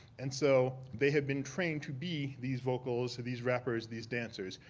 and so they have been trained to be these vocals, or these rappers, these dancers.